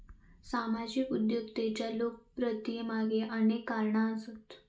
सामाजिक उद्योजकतेच्या लोकप्रियतेमागे अनेक कारणा आसत